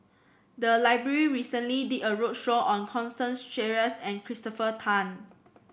the library recently did a roadshow on Constance Sheares and Christopher Tan